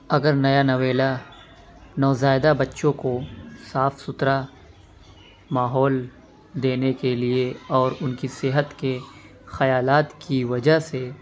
اگر نیا نویلا نوزائیدہ بچوں کو صاف ستھرا ماحول دینے کے لیے اور ان کی صحت کے خیالات کی وجہ سے